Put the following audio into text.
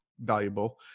Valuable